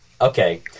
okay